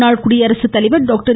முன்னாள் குடியரசுத்தலைவர் டாக்டர்